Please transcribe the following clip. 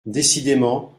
décidément